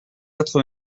quatre